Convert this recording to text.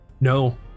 No